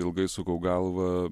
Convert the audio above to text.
ilgai sukau galvą